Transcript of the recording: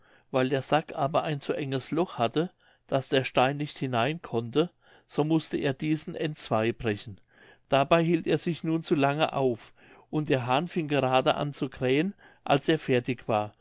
weil der sack aber ein zu enges loch hatte daß der stein nicht hinein konnte so mußte er diesen entzwei brechen dabei hielt er sich nun zu lange auf und der hahn fing gerade an zu krähen als er fertig war